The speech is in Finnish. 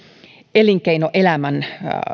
elinkeinoelämän